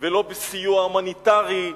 ולא בסיוע הומניטרי.